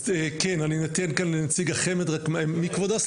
מי כבודו?